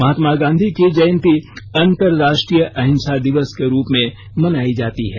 महात्मा गांधी की जयंती अंतर्राष्ट्रीय अहिंसा दिवस के रूप में भी मनाई जाती है